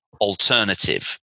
alternative